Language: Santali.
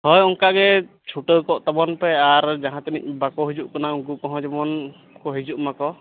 ᱦᱳᱭ ᱚᱱᱠᱟᱜᱮ ᱪᱷᱩᱴᱟᱹᱣᱠᱚᱜ ᱛᱟᱵᱚᱱᱯᱮ ᱟᱨ ᱡᱟᱦᱟᱸ ᱛᱤᱱᱟᱹᱜ ᱵᱟᱠᱚ ᱦᱤᱡᱩᱜᱠᱟᱱ ᱩᱱᱠᱚ ᱠᱚᱦᱚᱸ ᱡᱮᱢᱚᱱᱠᱚ ᱦᱤᱡᱩᱜ ᱢᱟ ᱠᱚ